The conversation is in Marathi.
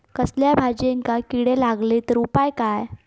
कसल्याय भाजायेंका किडे लागले तर उपाय काय?